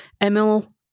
Emil